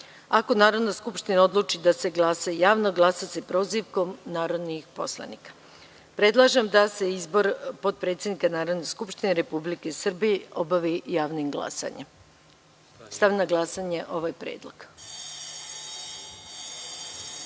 Ako Narodna skupština odluči da se glasa javno, glasa se prozivkom narodnih poslanika. Predlažem da se izbor potpredsednika Narodne skupštine Republike Srbije obavi javnim glasanjem. Stavljam na glasanje ovaj